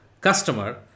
customer